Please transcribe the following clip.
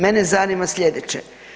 Mene zanima slijedeće.